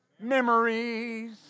Memories